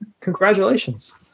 congratulations